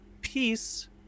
peace